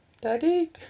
Daddy